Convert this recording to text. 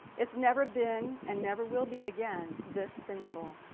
it's never been, and never will be again this sinful.